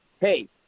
hey